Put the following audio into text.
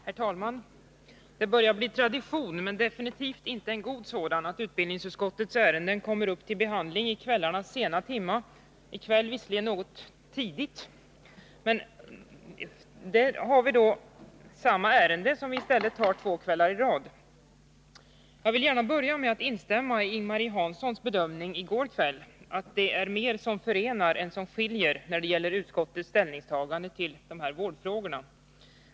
Herr talman! Det börjar bli tradition — men definitivt inte en god sådan — att utbildningsutskottets ärenden kommer upp till behandling i kvällarnas sena timmar. I kväll sker det visserligen något tidigare, men i stället har vi nu att diskutera samma ärende två kvällar i rad. Jag vill gärna börja med att instämma i Ing-Marie Hanssons bedömning i går kväll, att det är mer som förenar än som skiljer när det gäller utskottets ställningstaganden till dessa vårdfrågor.